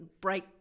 break